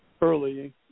early